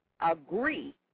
agree